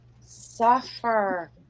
suffer